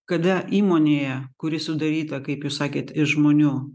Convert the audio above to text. kada įmonėje kuri sudaryta kaip jūs sakėt iš žmonių